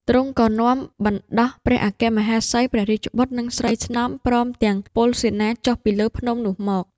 ទ្រង់ក៏នាំបណ្ដោះព្រះអគ្គមហេសី ព្រះរាជបុត្រ និងស្រីស្នំ ព្រមទាំងពលសេនាចុះពីលើភ្នំនោះមក